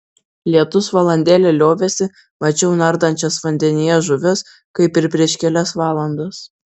lietus valandėlę liovėsi mačiau nardančias vandenyje žuvis kaip ir prieš kelias valandas